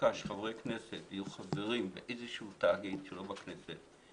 הצדקה שחברי כנסת יהיו חברים באיזשהו תאגיד שלא בכנסת.